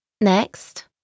Next